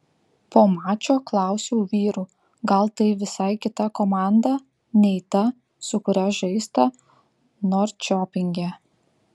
po mačo klausiau vyrų gal tai visai kita komanda nei ta su kuria žaista norčiopinge